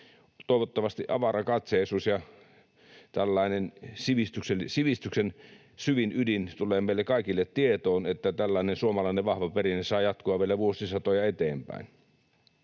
Toivottavasti avarakatseisuus ja tällainen sivistyksen syvin ydin tulee meille kaikille tietoon, että suomalainen vahva perinne saa jatkua vielä vuosisatoja eteenpäin.